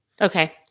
Okay